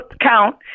count